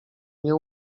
nie